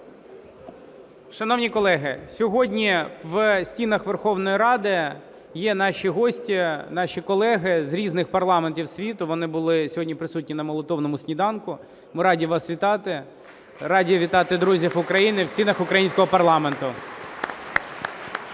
Шановні колеги, сьогодні в стінах Верховної Ради є наші гості, наші колеги з різних парламентів світу. Вони були сьогодні присутні на молитовному сніданку, ми раді вас вітати. Раді вітати друзів України в стінах українського парламенту.